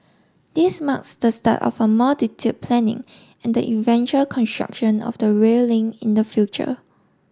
this marks the start of a more detailed planning and the eventual construction of the rail link in the future